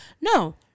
no